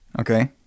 Okay